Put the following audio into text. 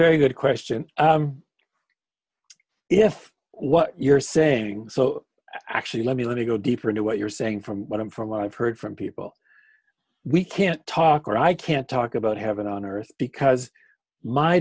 very good question if what you're saying so actually let me let me go deeper into what you're saying from what i'm from what i've heard from people we can't talk or i can't talk about heaven on earth because my